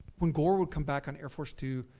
when gore would come back on air force two,